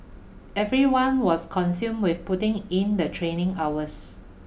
everyone was consumed with putting in the training hours